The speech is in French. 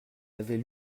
avait